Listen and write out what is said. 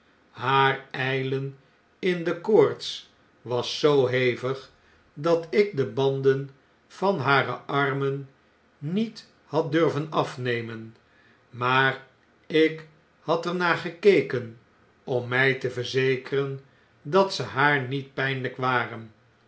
haar vjlen in de koorts was zoo hevig dat ik de banden van hare armen niet had durven afnemen maar ik had er naar gekeken om my te verzekeren dat ze haar niet pijnlijk waren